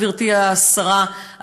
גברתי השרה,